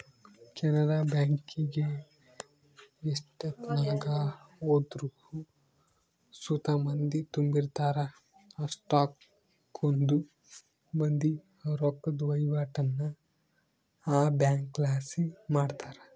ಕೆನರಾ ಬ್ಯಾಂಕಿಗೆ ಎಷ್ಟೆತ್ನಾಗ ಹೋದ್ರು ಸುತ ಮಂದಿ ತುಂಬಿರ್ತಾರ, ಅಷ್ಟಕೊಂದ್ ಮಂದಿ ರೊಕ್ಕುದ್ ವಹಿವಾಟನ್ನ ಈ ಬ್ಯಂಕ್ಲಾಸಿ ಮಾಡ್ತಾರ